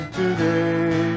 today